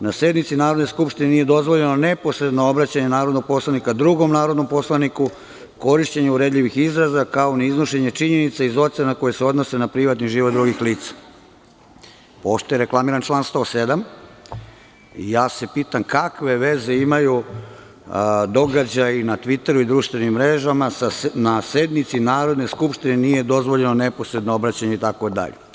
Na sednici Narodne skupštine nije dozvoljeno neposredno obraćanje narodnog poslanika drugom narodnom poslaniku, korišćenje uvredljivih izraza, kao ni iznošenje činjenica iz ocena koje se odnose na privatni život drugih lica.“ Pošto je reklamiran član 107. pitam se kakve veze imaju događaji na tviteru i društvenim mrežama i „na sednici Narodne skupštine nije dozvoljeno neposredno obraćanje“ itd?